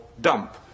dump